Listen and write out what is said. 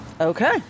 Okay